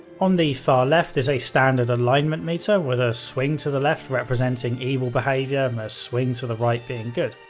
on the far left is a standard alignment meter, with a swing to the left representing evil behavior and um a swing to the right being good.